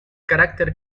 carácter